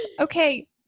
Okay